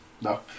No